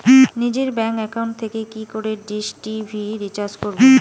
নিজের bank account থেকে কি করে ডিশ টি.ভি রিচার্জ করবো?